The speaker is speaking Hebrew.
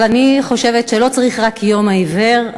אבל אני חושבת שלא צריך רק יום העיוור,